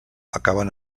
acaben